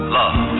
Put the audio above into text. love